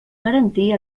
garantir